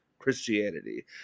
Christianity